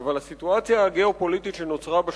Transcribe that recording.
וידעה להתעלם מהפליטים שמסביב,